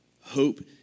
Hope